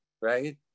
Right